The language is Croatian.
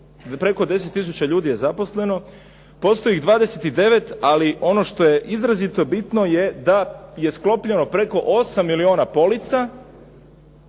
preko 10 tisuća ljudi je zaposleno, postoji 29, ali ono što je izrazito bitno je da je sklopljeno preko 8 milijona polica